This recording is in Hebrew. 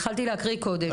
התחלתי להקריא קודם.